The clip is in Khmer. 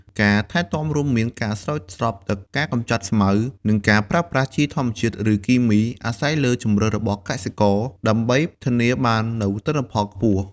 ការថែទាំរួមមានការស្រោចស្រពទឹក ការកម្ចាត់ស្មៅ និងការប្រើប្រាស់ជីធម្មជាតិ ឬគីមី អាស្រ័យលើជម្រើសរបស់កសិករ ដើម្បីធានាបាននូវទិន្នផលខ្ពស់។